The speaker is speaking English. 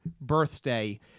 birthday